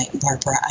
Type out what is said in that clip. Barbara